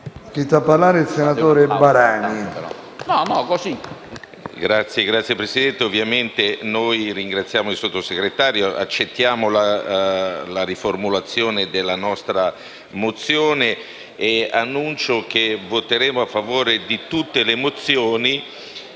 a parlare il senatore Barani.